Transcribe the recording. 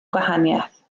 gwahaniaeth